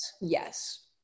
yes